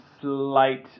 Slight